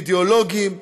אידיאולוגיים,